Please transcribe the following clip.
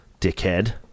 Dickhead